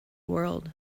world